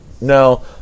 no